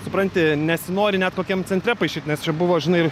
supranti nesinori net tokiam centre paišyt nes čia buvo žinai